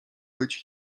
być